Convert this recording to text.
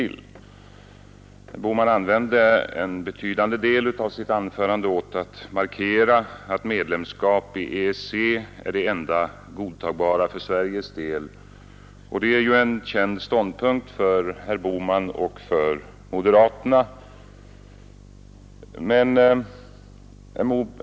Herr Bohman använde en betydande del av sitt anförande åt att markera att medlemskap i EEC är det enda godtagbara för Sveriges del, och det är ju en ståndpunkt som herr Bohman och moderaterna är kända för.